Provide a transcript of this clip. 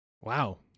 Wow